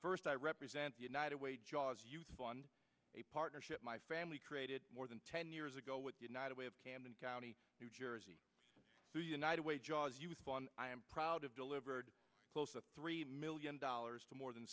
first i represent the united way jaws on a partnership my family created more than ten years ago with united way of camden county new jersey to united way jaws youth gone i am proud of delivered close to three million dollars to more than